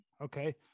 Okay